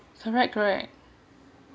correct correct